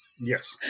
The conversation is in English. Yes